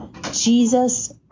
Jesus